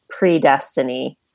predestiny